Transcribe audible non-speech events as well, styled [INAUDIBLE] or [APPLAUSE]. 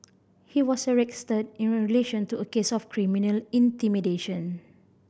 he was arrested in [UNINTELLIGIBLE] relation to a case of criminal intimidation